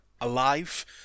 alive